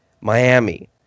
Miami